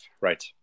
right